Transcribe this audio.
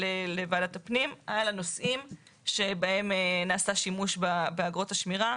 לוועדת הפנים על הנושאים שבהם נעשה שימוש באגרות השמירה.